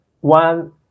one